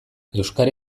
euskara